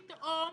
ופתאום,